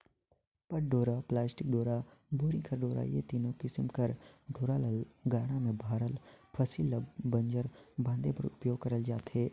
पट डोरा, पलास्टिक डोरा, बोरी कर डोरा ए तीनो किसिम कर डोरा ल गाड़ा मे भराल फसिल ल बंजर बांधे बर उपियोग करल जाथे